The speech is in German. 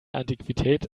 antiquität